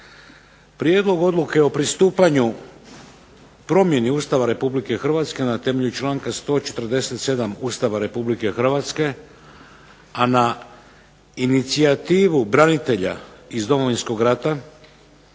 Prijedlog odluke o pristupanju promjeni Ustava Republike Hrvatske na temelju članka 147. Ustava Republike Hrvatske, a na inicijativu branitelja iz Domovinskog rata